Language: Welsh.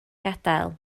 gadael